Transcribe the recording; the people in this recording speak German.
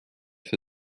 für